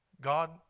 God